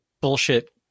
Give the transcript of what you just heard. bullshit